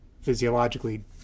physiologically